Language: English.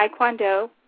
Taekwondo